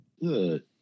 Good